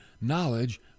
knowledge